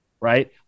Right